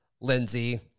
Lindsey